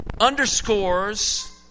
underscores